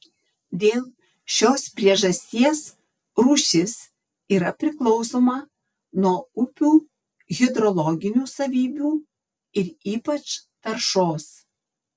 dėl šios priežasties rūšis yra priklausoma nuo upių hidrologinių savybių ir ypač taršos